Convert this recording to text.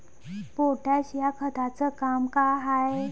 Potash या खताचं काम का हाय?